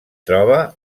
troba